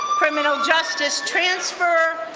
criminal justice transfer,